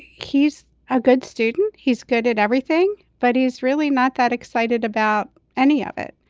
he's a good student. he's good at everything, but he's really not that excited about any of it.